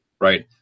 right